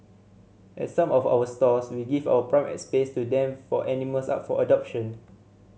at some of our stores we give out prime space to them for animals up for adoption